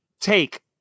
take